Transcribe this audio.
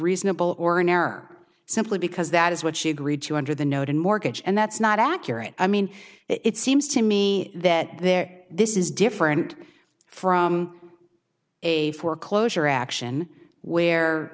reasonable or an error simply because that is what she agreed to under the note and mortgage and that's not accurate i mean it seems to me that there this is different from a foreclosure action where